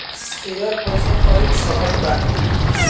Share कइसे खरीद सकत बानी?